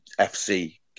FC